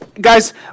guys